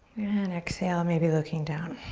and exhale maybe looking down.